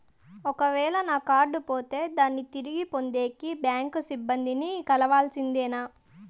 ఒక వేల నా కార్డు పోతే దాన్ని తిరిగి పొందేకి, బ్యాంకు సిబ్బంది ని కలవాల్సిందేనా?